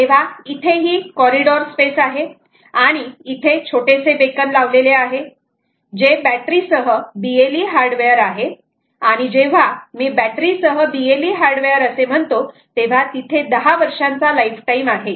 तेव्हा इथे ही कॉरिडॉर स्पेस आहे आणि इथे छोटेसे बेकन लावलेले आहे जे बॅटरी सह BLE हार्डवेअर आहे आणि जेव्हा मी बॅटरी सह BLE हार्डवेअर असे म्हणतो तेव्हा तिथे दहा वर्षांचा लाइफटाइम आहे